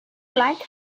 like